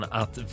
att